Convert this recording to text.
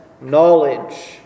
knowledge